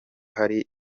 hari